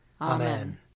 Amen